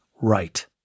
right